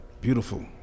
Beautiful